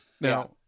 now